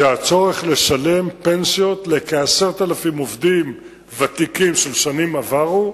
היא הצורך לשלם פנסיות לכ-10,000 עובדים ותיקים של שנים עברו,